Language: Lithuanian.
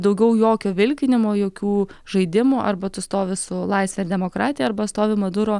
daugiau jokio vilkinimo jokių žaidimų arba tu stovi su laisve ir demokratija arba stovi maduro